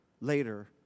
later